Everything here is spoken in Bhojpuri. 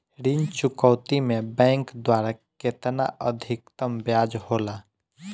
ऋण चुकौती में बैंक द्वारा केतना अधीक्तम ब्याज होला?